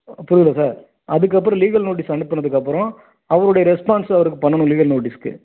புரியுதா சார் அதுக்கப்புறோம் legal notice அனுப்புனதுக்கப்புறோம் அவருடைய ரெஸ்பான்ஸ் அவருக்கு பண்ணுனும் லீகல் நோட்டீஸ்க்கு